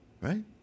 Right